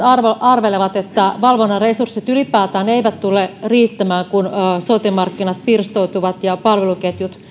arvelevat että valvonnan resurssit ylipäätään eivät tule riittämään kun sote markkinat pirstoutuvat ja palveluketjut